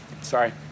sorry